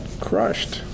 crushed